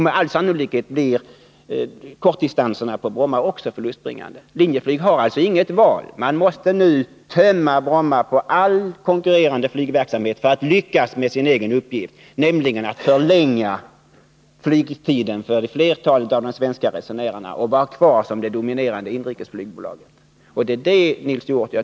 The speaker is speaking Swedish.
Med all sannolikhet blir kortdistansflyget på Bromma också förlustbringande. Linjeflyg har alltså inget val: Man måste nu tömma Bromma på all konkurrerande flygverksamhet för att lyckas med sin uppgift att förlänga flygtiden för flertalet av de svenska resenärerna och vara kvar som det dominerande inrikesflygbolaget.